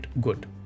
good